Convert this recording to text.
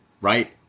right